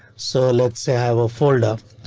so let's say i have a folder.